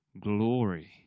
glory